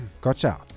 Gotcha